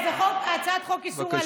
הצעת חוק איסור על